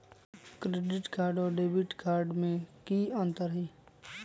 Credit card और debit card में की अंतर हई?